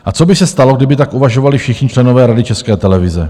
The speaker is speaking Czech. A co by se stalo, kdyby tak uvažovali všichni členové Rady České televize?